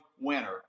winner